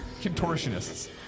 contortionists